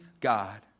God